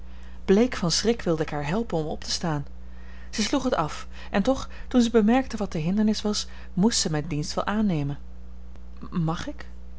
bleek van schrik wilde ik haar helpen om op te staan zij sloeg het af en toch toen zij bemerkte wat de hindernis was moest zij mijn dienst wel aannemen mag ik